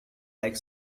like